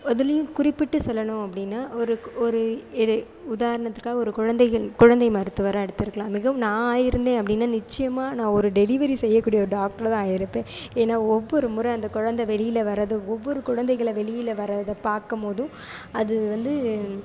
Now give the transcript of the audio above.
அதுலேயும் குறிப்பிட்டு சொல்லணும் அப்படின்னா ஒரு ஒரு உதாரணத்திற்காக ஒரு குழந்தைகள் குழந்தை மருத்துவராக எடுத்திருக்கலாம் மிகவும் நான் ஆகிருந்தேன் அப்படின்னா நிச்சயமாக நான் ஒரு டெலிவரி செய்யக்கூடிய ஒரு டாக்டராக தான் ஆகிருப்பேன் ஏன்னால் ஒவ்வொரு முறை அந்த குழந்த வெளியில் வர்றது ஒவ்வொரு குழந்தைகளை வெளியில் வர்றதை பார்க்கும்போதும் அது வந்து